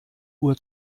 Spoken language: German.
uhr